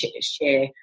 share